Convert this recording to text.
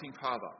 father